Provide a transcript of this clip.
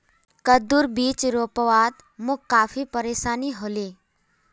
कद्दूर बीज रोपवात मोक काफी परेशानी ह ले